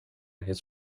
his